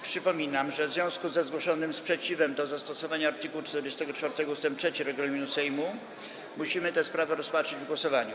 Przypominam, że w związku ze zgłoszonym sprzeciwem wobec zastosowania art. 44 ust. 3 regulaminu Sejmu musimy tę sprawę rozpatrzyć w głosowaniu.